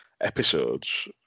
episodes